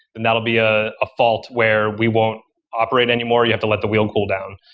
then that will be a ah fault where we won't operate anymore. you have to let the wheel cool down.